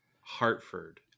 Hartford